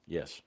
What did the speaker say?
Yes